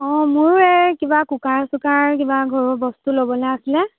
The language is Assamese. অ' মোৰো এই কিবা কুকাৰ চুকাৰ কিবা ঘৰৰ বস্তু ল'বলৈ আছিলে